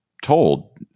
Told